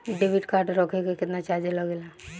Debit card रखे के केतना चार्ज लगेला?